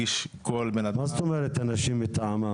מה זאת אומרת אנשים מטעמם?